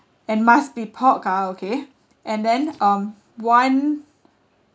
and must be pork ah okay and then um one